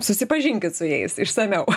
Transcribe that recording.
susipažinkit su jais išsamiau